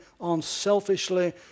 unselfishly